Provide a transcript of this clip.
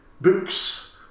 Books